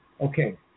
Okay